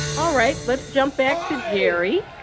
all right, let's jump back to jerry.